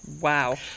Wow